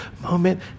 moment